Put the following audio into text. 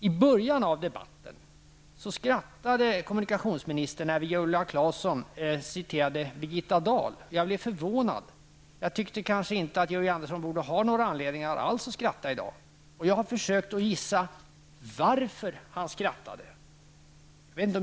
I början av debatten skrattade kommunikationsministern när Viola Claesson citerade Birgitta Dahl. Jag blev förvånad, för jag tycker kanske att Georg Andersson inte borde ha någon anledning alls att skratta i dag. Jag har försökt att gissa varför han skrattade.